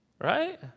Right